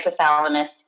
hypothalamus